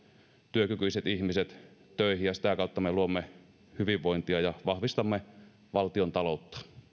työkykyiset ihmiset töihin ja sitä kautta me luomme hyvinvointia ja vahvistamme valtiontaloutta